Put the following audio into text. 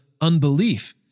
unbelief